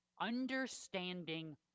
Understanding